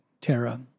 Tara